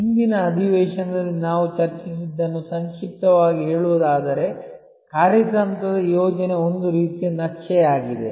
ಹಿಂದಿನ ಅಧಿವೇಶನದಲ್ಲಿ ನಾವು ಚರ್ಚಿಸಿದ್ದನ್ನು ಸಂಕ್ಷಿಪ್ತವಾಗಿ ಹೇಳುವುದಾದರೆ ಕಾರ್ಯತಂತ್ರದ ಯೋಜನೆ ಒಂದು ರೀತಿಯ ನಕ್ಷೆಯಾಗಿದೆ